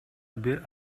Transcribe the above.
бир